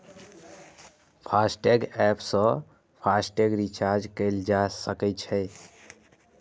FASTag app सं FASTag recharge कैल जा सकै छै